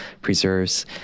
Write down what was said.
preserves